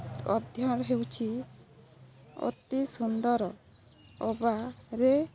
ଅଧ୍ୟୟନ ହେଉଛି ଅତି ସୁନ୍ଦର ଅବା ରେ